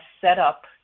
setup